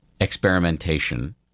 Experimentation